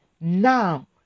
now